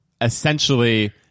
essentially